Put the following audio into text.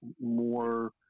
more